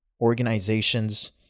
organizations